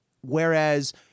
whereas